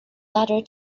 letter